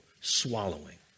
swallowing